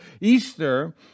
Easter